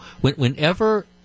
Whenever